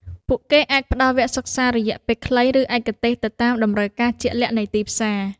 ពួកគេអាចផ្តល់វគ្គសិក្សារយៈពេលខ្លីឬឯកទេសទៅតាមតម្រូវការជាក់លាក់នៃទីផ្សារ។